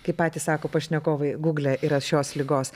kaip patys sako pašnekovai gugle yra šios ligos